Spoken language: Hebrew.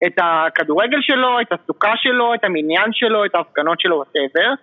את הכדורגל שלו, את הסוכה שלו, את המניין שלו, את ההפגנות שלו, what ever.